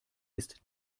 ist